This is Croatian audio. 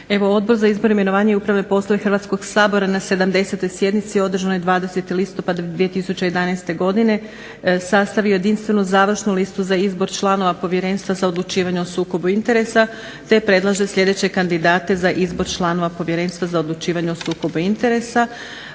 Odbor za izbor, imenovanje i upravne poslove Hrvatskog sabora na 70. sjednici održanoj 20. listopada 2011. godine sastavio je jedinstvenu završnu listu za izbor članova Povjerenstva za odlučivanje o sukobu interesa te predlaže sljedeće kandidate za izbor članova Povjerenstva za odlučivanje o sukobu interesa: